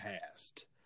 past